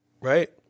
Right